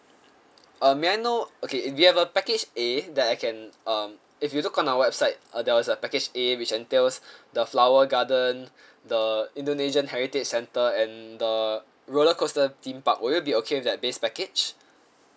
um may I know okay we have a package A that I can um if you look on our website uh there was a package A which entails the flower garden the indonesian heritage centre and the roller coaster theme park will you be okay with that base package